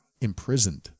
imprisoned